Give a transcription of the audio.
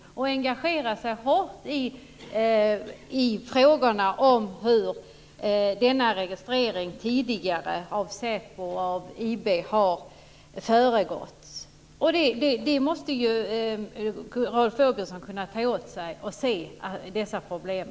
Hon har engagerat sig hårt i frågorna om hur denna registrering tidigare har föregåtts av säpo och IB. Rolf Åbjörnsson måste ju kunna ta till sig och se dessa problem.